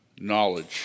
knowledge